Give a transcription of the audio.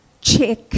check